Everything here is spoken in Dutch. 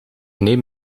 neem